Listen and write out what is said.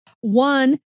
one